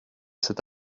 cet